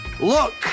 Look